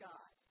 God